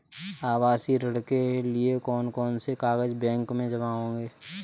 आवासीय ऋण के लिए कौन कौन से कागज बैंक में जमा होंगे?